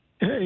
Hey